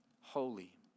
holy